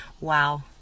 wow